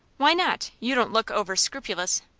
why not? you don't look over scrupulous.